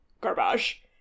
garbage